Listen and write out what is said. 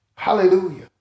Hallelujah